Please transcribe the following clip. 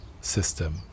system